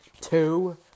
Two